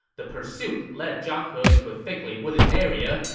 the pursuit led zhang he into a thickly wooded area,